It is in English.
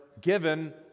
given